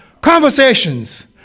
Conversations